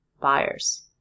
buyers